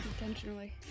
intentionally